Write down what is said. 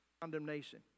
condemnation